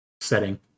Setting